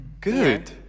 good